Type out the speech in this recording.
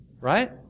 right